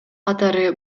катары